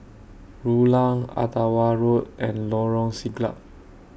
Rulang Ottawa Road and Lorong Siglap